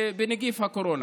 בנגיף הקורונה.